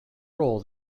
role